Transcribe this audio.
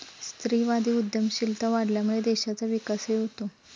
स्त्रीवादी उद्यमशीलता वाढल्यामुळे देशाचा विकासही होतो